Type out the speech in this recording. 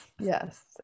Yes